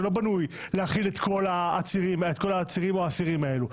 שלא בנוי להכיל את כל העצירים או האסירים האלה.